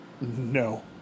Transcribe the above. No